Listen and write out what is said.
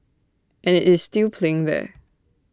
and IT is still playing there